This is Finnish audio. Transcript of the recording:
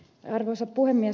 arvoisa puhemies